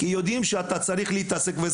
כי יודעים שאתה צריך להתעסק.